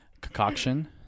concoction